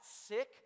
sick